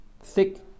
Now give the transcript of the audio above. thick